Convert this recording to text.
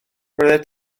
roeddet